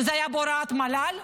שהיה בהוראת מל"ל,